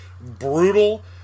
brutal